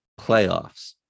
Playoffs